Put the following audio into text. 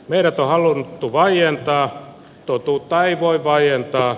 meidät on halu vaientaa totuutta ei voi vaientaa